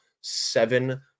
seven